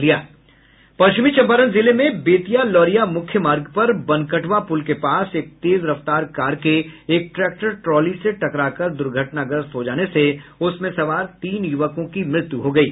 पश्चिमी चंपारण जिले में बेतिया लौरिया मुख्य मार्ग पर वनकटवा पुल के पास एक तेज रफ्तार कार के एक ट्रैक्टर ट्रॉली से टकराकर दुर्घटनाग्रस्त हो जाने से उसमें सवार तीन युवकों की मृत्यु हो गयी